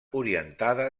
orientada